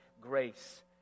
grace